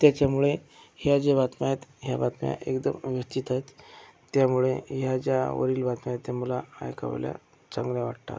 त्याच्यामुळे ह्या ज्या बातम्या आहेत ह्या बातम्या एकदम अनुचित आहेत त्यामुळे ह्या ज्या वरील बातम्या आहेत त्या मला ऐकवल्या चांगल्या वाटतात